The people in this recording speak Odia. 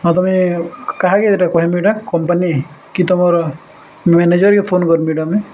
ହଁ ତମେ କାହାକେ ଏଇଟା କହମିଁ ଏଇଟା କମ୍ପାନୀ କି ତମର ମ୍ୟାନେଜରକେ ଫୋନ୍ କରିବି ଏଟା ମୁଇଁ